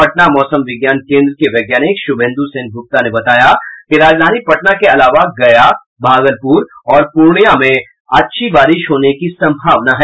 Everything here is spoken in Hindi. पटना मौसम विज्ञान केंद्र के वैज्ञानिक शुभेंदु सेन गुप्ता ने बताया कि राजधानी पटना के अलावा गया भागलपुर और पूर्णिया में अच्छी बारिश होने की संभावना है